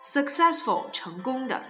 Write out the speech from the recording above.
Successful,成功的